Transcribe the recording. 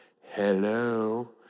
Hello